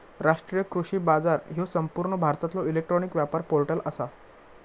राष्ट्रीय कृषी बाजार ह्यो संपूर्ण भारतातलो इलेक्ट्रॉनिक व्यापार पोर्टल आसा